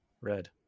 Red